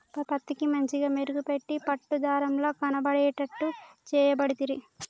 పత్తికి మంచిగ మెరుగు పెట్టి పట్టు దారం ల కనబడేట్టు చేయబడితిరి